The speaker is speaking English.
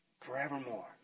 forevermore